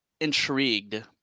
intrigued